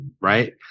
right